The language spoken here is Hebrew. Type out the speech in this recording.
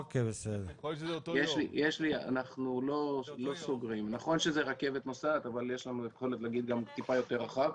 נכון שזו רכבת נוסעת אבל יש לנו יכולת להגיד גם טיפה יותר רחב.